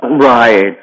Right